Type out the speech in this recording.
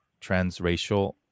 transracial